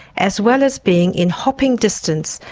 as well as being in hopping distance,